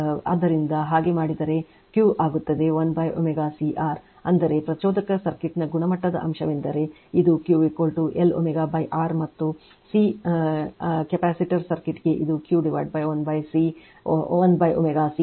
ಆದ್ದರಿಂದ ಹಾಗೆ ಮಾಡಿದರೆ Q ಆಗುತ್ತದೆ1 ω C R ಅಂದರೆ ಪ್ರಚೋದಕ ಸರ್ಕ್ಯೂಟ್ನ ಗುಣಮಟ್ಟದ ಅಂಶವೆಂದರೆ ಇದು Q L ω R ಮತ್ತು RCಅಪಾಸಿಟಿವ್ ಸರ್ಕ್ಯೂಟ್ ಗೆ ಇದು Q 1 ω C R